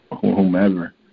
whomever